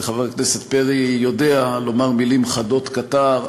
וחבר הכנסת פרי יודע לומר מילים חדות כתער.